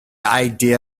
idea